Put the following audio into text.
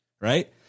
Right